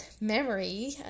memory